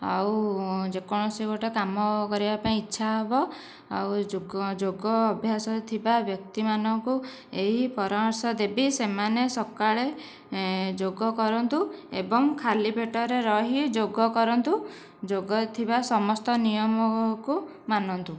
ଆଉ ଯେକୌଣସି ଗୋଟେ କାମ କରିବା ପାଇଁ ଇଛା ହେବ ଯୋଗ ଅଭ୍ୟାସ ଥିବା ବ୍ୟକ୍ତି ମାନଙ୍କୁ ଏହି ପରାମର୍ଶ ଦେବି ସେମାନେ ସକାଳେ ଯୋଗ କରନ୍ତୁ ଏବଂ ଖାଲି ପେଟରେ ରହି ଯୋଗ କରନ୍ତୁ ଯୋଗରେ ଥିବା ସମସ୍ତ ନିୟମକୁ ମାନନ୍ତୁ